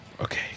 Okay